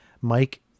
Mike